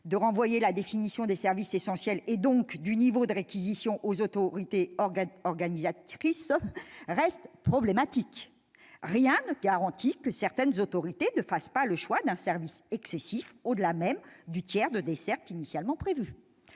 de renvoyer la définition des services essentiels, et donc du niveau de réquisition, aux autorités organisatrices reste problématique. Rien ne garantit que certaines autorités ne feront pas le choix d'un service minimum allant au-delà du tiers des dessertes initialement prévu.